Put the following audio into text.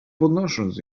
podnosząc